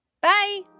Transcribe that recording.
Bye